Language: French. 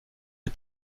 des